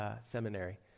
seminary